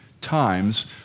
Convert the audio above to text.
times